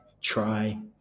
try